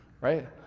right